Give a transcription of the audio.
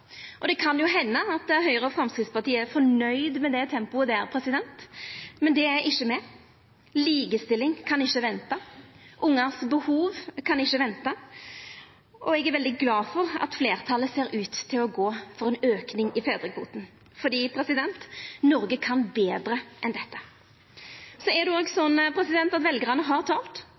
Det kan jo henda at Høgre og Framstegspartiet er nøgde med det tempoet, men det er ikkje me. Likestilling kan ikkje venta, ungars behov kan ikkje venta, og eg er veldig glad for at fleirtalet ser ut til å gå for ei auking i fedrekvoten – for Noreg kan betre enn dette. Så er det òg slik at veljarane har